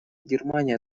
германия